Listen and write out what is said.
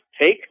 take